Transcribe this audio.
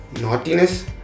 Naughtiness